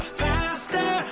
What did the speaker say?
faster